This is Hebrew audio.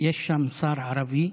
יש שם שר ערבי,